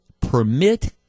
permit